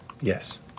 Yes